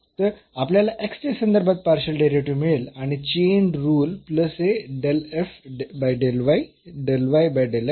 तर आपल्याला च्या संदर्भात पार्शियल डेरिव्हेटिव्ह मिळेल आणि चेन रुल प्लस हे